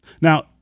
Now